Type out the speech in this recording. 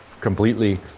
Completely